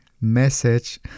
message